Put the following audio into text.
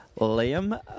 Liam